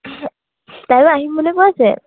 তাই আহিম বুলি কৈছে